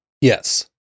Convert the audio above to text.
Yes